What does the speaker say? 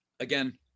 Again